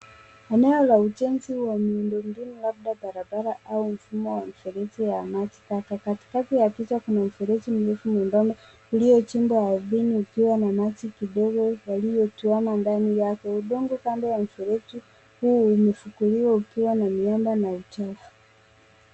Eneo la ujenzi wa miundo mbinu labda barabara au mfumo wa mfereji ya maji taka. Katikati ya picha kuna mfereji mrefu uliochimbwa ardhini ukiwa na maji kidogo yaliyotoana ndani yake. Udongo kando ya mfereji huu imefunguliwa ukiwa na miamba na uchafu.